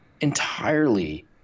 entirely